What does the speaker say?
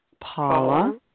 Paula